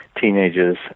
teenagers